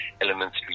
elements